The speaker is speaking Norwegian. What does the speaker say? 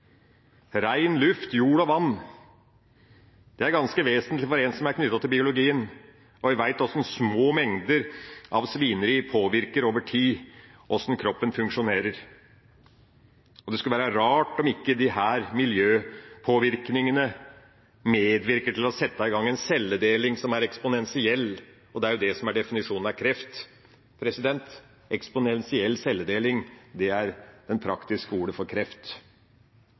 Rein luft og jord og reint vann er ganske vesentlig for en som er knyttet til biologien. Vi veit hvordan små mengder av svineri over tid påvirker hvordan kroppen funksjonerer. Det skulle være rart om ikke disse miljøpåvirkningene medvirker til å sette i gang en celledeling som er eksponentiell, og det er det som er definisjonen av kreft. Eksponentiell celledeling er de praktiske ordene for kreft.